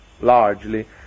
largely